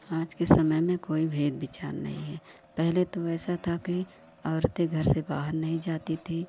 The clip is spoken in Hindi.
आज के समय में कोई भेद विचार नहीं है पहले तो ऐसा था कि औरतें घर से बाहर नहीं जाती थी